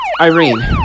Irene